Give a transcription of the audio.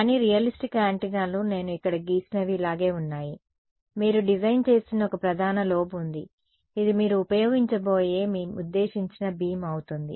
కానీ రియలిస్టిక్ యాంటెన్నాలు నేను ఇక్కడ గీసినవి ఇలాగే ఉన్నాయి మీరు డిజైన్ చేస్తున్న ఒక ప్రధాన లోబ్ ఉంది ఇది మీరు ఉపయోగించబోయే మీ ఉద్దేశించిన బీమ్ అవుతుంది